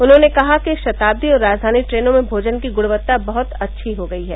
उन्होंने कहा कि श्रताब्दी और राजघानी ट्रेनों में भोजन की गुणवत्ता बहुत अच्छी हो गयी है